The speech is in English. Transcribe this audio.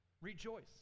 Rejoice